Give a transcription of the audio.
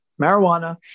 marijuana